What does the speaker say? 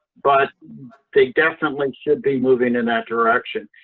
but they definitely should be moving in that direction.